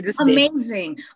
amazing